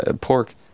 pork